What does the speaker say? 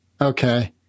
Okay